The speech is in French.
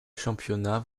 championnats